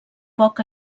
poc